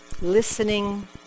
Listening